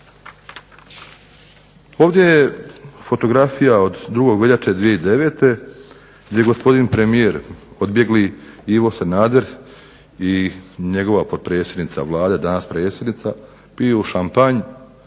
Ovdje je fotografija od 2. veljače 2009. gdje gospodin premijer odbjegli Ivo Sanader i njegova potpredsjednica Vlade, danas predsjednica, piju šampanj